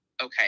Okay